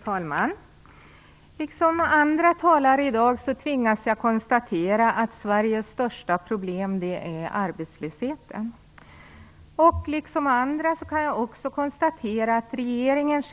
Fru talman! Liksom andra talare i dag tvingas jag konstatera att Sveriges största problem är arbetslösheten. På samma sätt som andra kan jag också konstatera att regeringens